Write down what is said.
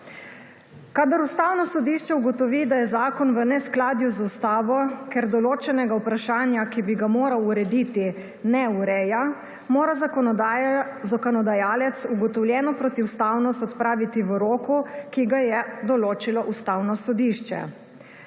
Kadar Ustavno sodišče ugotovi, da je zakon v neskladju z ustavo, ker določenega vprašanja, ki bi ga moral urediti, ne ureja, mora zakonodajalec ugotovljeno protiustavnost odpraviti v roku, ki ga je določilo Ustavno sodišče.